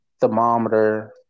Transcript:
thermometer